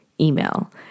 email